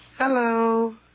Hello